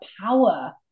power